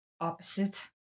opposite